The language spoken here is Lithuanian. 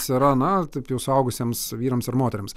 yra na taip jau suaugusiems vyrams ir moterims